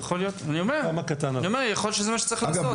יכול להיות שזה מה שצריך לעשות.